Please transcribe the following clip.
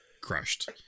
crushed